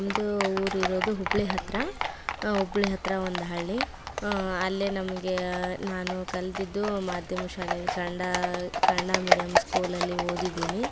ನಮ್ಮದು ಊರು ಇರೋದು ಹುಬ್ಬಳ್ಳಿ ಹತ್ತಿರ ಹುಬ್ಳಿ ಹತ್ತಿರ ಒಂದು ಹಳ್ಳಿ ಅಲ್ಲೇ ನಮಗೆ ನಾನು ಕಲಿತಿದ್ದು ಮಾಧ್ಯಮ ಶಾಲೆಯಲ್ಲಿ ಕನ್ನಡ ಕನ್ನಡ ಮೀಡಿಯಮ್ ಸ್ಕೂಲಲ್ಲಿ ಓದಿದ್ದೀನಿ